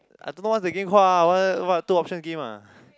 I don't know what the game call ah what what two option game ah